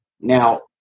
Now